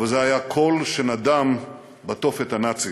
אבל זה היה קול שנדם בתופת הנאצי.